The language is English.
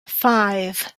five